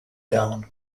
down